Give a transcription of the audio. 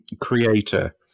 creator